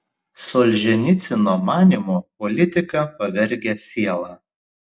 solženicyno manymu politika pavergia sielą